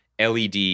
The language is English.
LED